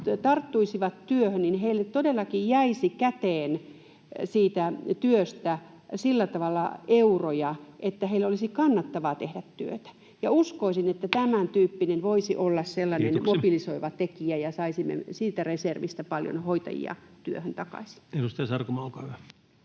tarttuisivat työhön, heille todellakin jäisi käteen siitä työstä sillä tavalla euroja, että heidän olisi kannattavaa tehdä työtä. Uskoisin, että tämäntyyppinen voisi olla sellainen mobilisoiva tekijä [Puhemies: Kiitoksia!] ja saisimme siitä reservistä paljon hoitajia työhön takaisin. [Speech 179] Speaker: